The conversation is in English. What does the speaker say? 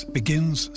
begins